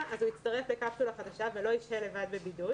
אז הוא יצטרף לקפסולה חדשה ולא ישהה לבד בבידוד.